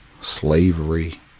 slavery